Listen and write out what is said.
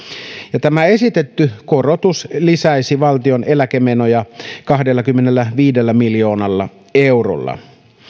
tämä esitetty korotus lisäisi valtion eläkemenoja kahdellakymmenelläviidellä miljoonalla eurolla